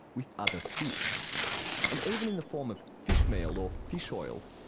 with other fish and even in the form of fishmeal or fish oils,